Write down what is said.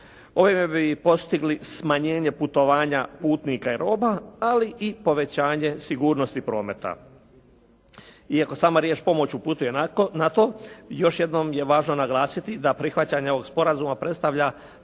Bolje bi postigli smanjenje putovanja putnika i roba ali i povećanje sigurnosti prometa iako sam riječ pomoć upućuje na to još jednom je važno naglasiti da prihvaćanje ovog sporazuma predstavlja